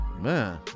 Man